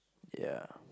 ya